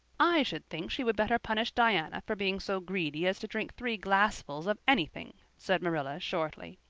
i should think she would better punish diana for being so greedy as to drink three glassfuls of anything, said marilla shortly.